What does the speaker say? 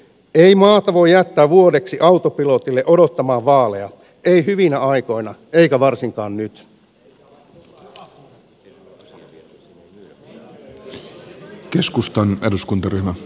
ei maata voi jättää vuodeksi autopilotille odottamaan vaaleja ei hyvinä aikoina eikä varsinkaan nyt